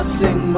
sing